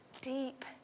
deep